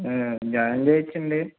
join చేపించండి